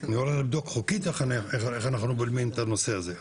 אני הולך לבדוק חוקית איך אנחנו בולמים את הנושא הזה.